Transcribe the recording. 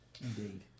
Indeed